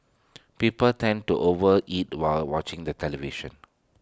people tend to overeat while watching the television